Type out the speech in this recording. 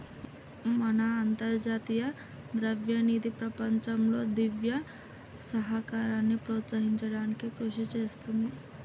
మన అంతర్జాతీయ ద్రవ్యనిధి ప్రపంచంలో దివ్య సహకారాన్ని ప్రోత్సహించడానికి కృషి చేస్తుంది